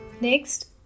Next